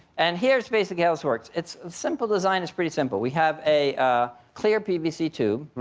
and here's basically how this works. it's simple design is pretty simple. we have a clear pvc tube.